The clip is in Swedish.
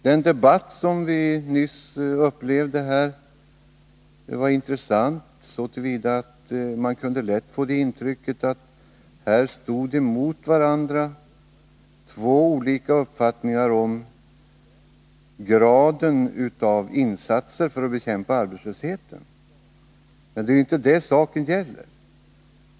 Den debatt som vi nyss upplevde här var intressant så till vida att man lätt kunde få det intrycket att här stod emot varandra två olika uppfattningar om graden av insatser för att bekämpa arbetslösheten. Men det är ju inte det saken gäller.